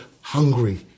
hungry